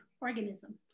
organism